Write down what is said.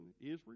Israel